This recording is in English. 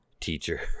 teacher